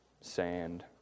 sand